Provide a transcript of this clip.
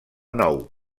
nou